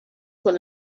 con